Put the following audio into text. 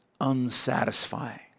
unsatisfying